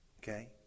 Okay